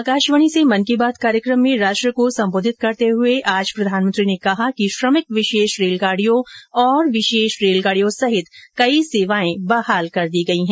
आकाशवाणी से मन की बात कार्यक्रम में राष्ट्र को संबोधित करते हुए प्रधानमंत्री ने कहा कि श्रमिक विशेष रेलगाड़ियों और विशेष रेलगाडियों समेत कई सेवाएं बहाल कर दी गई हैं